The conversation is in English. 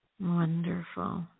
Wonderful